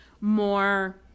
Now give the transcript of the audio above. more